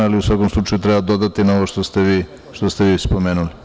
U svakom slučaju treba dodati na ovo što ste vi spomenuli.